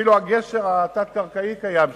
אפילו הגשר התת-קרקעי קיים שם.